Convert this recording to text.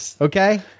okay